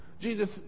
Jesus